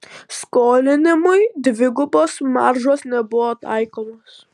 skolinimui dvigubos maržos nebuvo taikomos